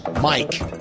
Mike